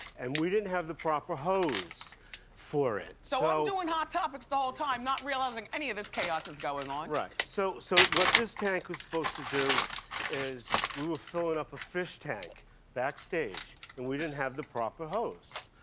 and we didn't have the proper hose for it. so i'm doing hot topics the whole time, not realizing any of this chaos is going on. so so what this tank was supposed to do is we were filling up a fish tank backstage and we didn't have the proper hose.